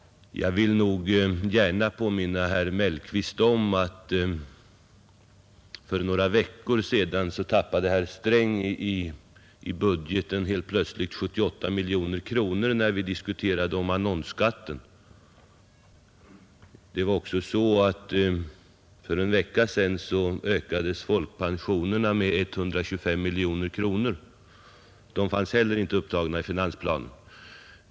Jag vill nog gärna påminna herr Mellqvist om att för några veckor sedan tappade herr Sträng i budgeten helt plötsligt 78 miljoner kronor, när vi diskuterade annonsskatten. För en vecka sedan ökades också folkpensionerna med 125 miljoner kronor, ett belopp som inte heller fanns upptaget i finansplanen.